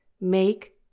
make